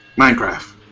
Minecraft